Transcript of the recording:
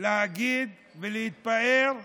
להגיד ולהתפאר בסיסמאות,